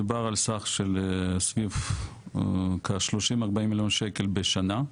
מדובר על סך של סביב כ-30-40 מיליון שקלים בשנה,